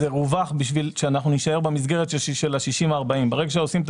זה רווח בשביל שאנחנו נישאר במסגרת של 60-40. ברגע שעושים את